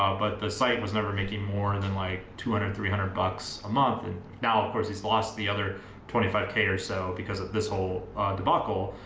um but the site was never making more and than like two hundred three hundred bucks a month. and now of course, he's lost the other twenty five k or so because of this whole debacle.